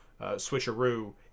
switcheroo